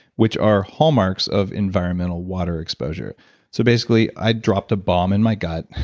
which are hallmarks of environmental water exposure so basically, i dropped a bomb in my gut,